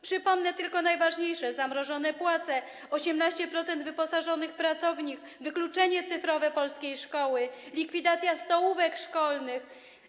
Przypomnę tylko najważniejsze: zamrożone płace, 18% wyposażonych pracowni, wykluczenie cyfrowe polskiej szkoły, likwidacja stołówek szkolnych.